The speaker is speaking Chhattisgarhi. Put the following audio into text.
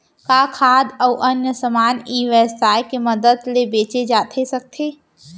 का खाद्य अऊ अन्य समान ई व्यवसाय के मदद ले बेचे जाथे सकथे?